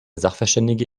sachverständige